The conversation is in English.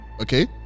okay